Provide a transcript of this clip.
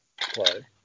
play